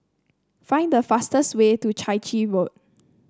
find the fastest way to Chai Chee Road